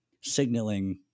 signaling